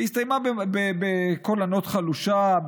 היא הסתיימה בקול ענות חלושה,